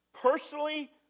personally